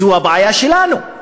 זו הבעיה שלנו.